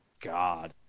God